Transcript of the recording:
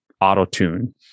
auto-tune